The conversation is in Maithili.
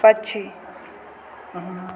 पक्षी